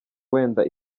wenda